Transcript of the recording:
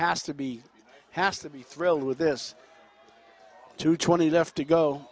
has to be has to be thrilled with this two twenty left to go